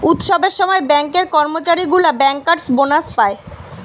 উৎসবের সময় ব্যাঙ্কের কর্মচারী গুলা বেঙ্কার্স বোনাস পায়